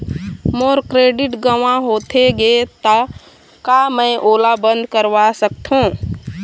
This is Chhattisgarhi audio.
मोर क्रेडिट गंवा होथे गे ता का मैं ओला बंद करवा सकथों?